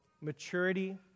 maturity